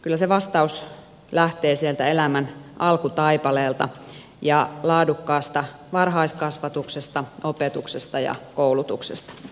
kyllä se vastaus lähtee sieltä elämän alkutaipaleelta ja laadukkaasta varhaiskasvatuksesta opetuksesta ja koulutuksesta